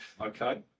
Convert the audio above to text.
okay